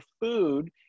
food